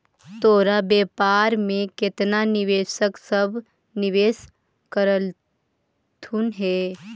तोर व्यापार में केतना निवेशक सब निवेश कयलथुन हे?